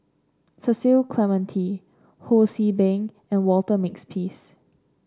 Cecil Clementi Ho See Beng and Walter Makepeace